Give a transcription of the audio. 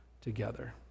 together